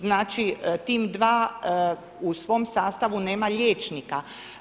Znači tim 2 u svom sastavu nema liječnika.